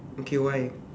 okay why